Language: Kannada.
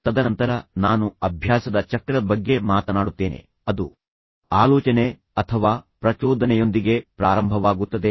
ತದನಂತರ ನಾನು ಅಭ್ಯಾಸದ ಚಕ್ರದ ಬಗ್ಗೆ ಮಾತನಾಡುತ್ತೇನೆ ಅದು ಆ ರೀತಿಯ ಆಲೋಚನೆ ಅಥವಾ ಪ್ರಚೋದನೆಯೊಂದಿಗೆ ಪ್ರಾರಂಭವಾಗುತ್ತದೆ